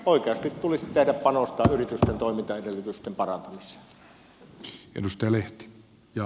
oikeasti tulisi panostaa yritysten toimintaedellytysten parantamiseen